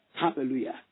Hallelujah